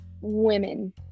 women